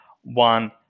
one